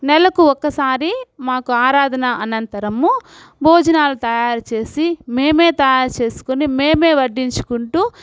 నెలకు ఒక్కసారి మాకు ఆరాధన అనంతరము భోజనాలు తయారు చేసి మేమే తయారు చేసుకొని మేమే వడ్డించుకుంటూ